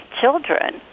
children